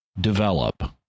develop